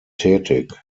tätig